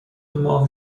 ماه